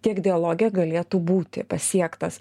tiek dialoge galėtų būti pasiektas